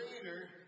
greater